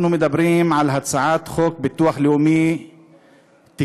אנחנו מדברים על הצעת חוק ביטוח לאומי (תיקון,